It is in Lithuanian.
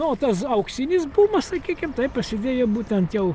na o tas auksinis bumas sakykim tai prasidėjo būtent jau